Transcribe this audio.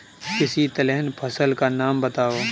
किसी तिलहन फसल का नाम बताओ